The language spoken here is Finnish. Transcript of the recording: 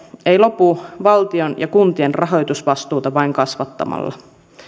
ei lopu valtion ja kuntien rahoitusvastuuta vain kasvattamalla